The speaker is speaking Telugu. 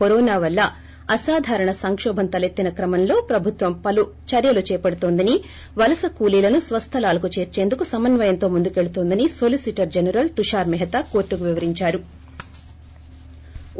కరోన వల్ల అసాధారణ సంకోభం తలెత్తిన క్రమంలో ప్రభుత్వం పలు చర్యలు చేపడుతోందని వలస కూలీలను స్వస్థలాలకు చేర్చేందుకు సమన్వయంతో ముందుకెళుతోందని సొలిసిటర్ జనరల్ తుషార్ మెహతా కోర్టుకు వివరించారు